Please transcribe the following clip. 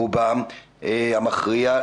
ברובם המכריע,